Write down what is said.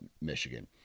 Michigan